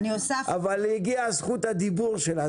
אבל הגיעה זכות הדיבור שלה.